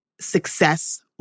success